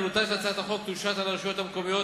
עלותה של הצעת החוק תושת על הרשויות המקומיות